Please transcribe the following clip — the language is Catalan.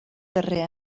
darrer